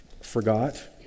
forgot